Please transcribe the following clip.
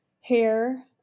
hair